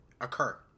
occur